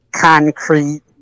concrete